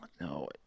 No